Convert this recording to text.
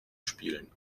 spielen